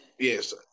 Yes